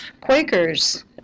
Quakers